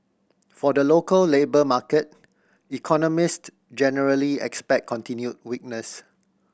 for the local labour market economist generally expect continued weakness